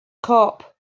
cop